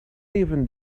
even